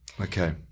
Okay